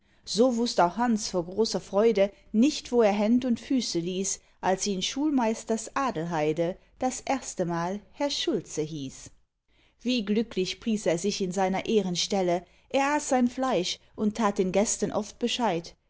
so wußt auch hanns vor großer freude nicht wo er händ und füße ließ als ihn schulmeisters adelheide das erstemal herr schulze hieß wie glücklich pries er sich in seiner ehrenstelle er aß sein fleisch und tat den gästen oft bescheid